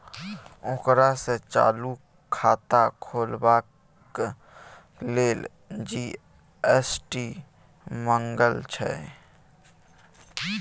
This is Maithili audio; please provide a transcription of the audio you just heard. ओकरा सँ चालू खाता खोलबाक लेल जी.एस.टी मंगलकै